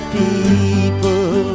people